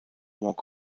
walk